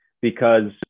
Because-